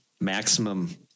maximum